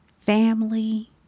family